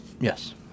Yes